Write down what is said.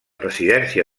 residència